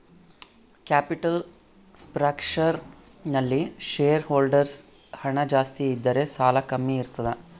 capital structure ನಲ್ಲಿ shareholders ಹಣ ಜಾಸ್ತಿ ಇದ್ದರೆ ಸಾಲ ಕಮ್ಮಿ ಇರ್ತದ